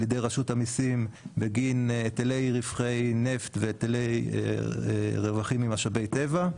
ידי רשות המיסים בגין היטלי רווחי נפט והיטלי רווחים ממשאבי טבע.